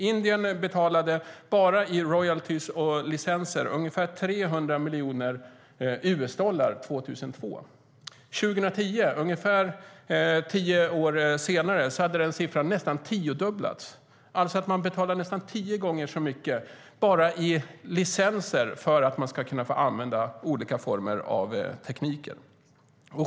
Indien betalade bara i royaltyer och licenser ungefär 300 miljoner US-dollar år 2002. År 2010, ungefär tio år senare, hade den siffran nästan tiodubblats. Man betalar alltså nästan tio gånger så mycket bara i licenser för att få använda olika former av teknik.